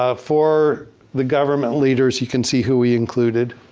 ah for the government leaders you can see who we included.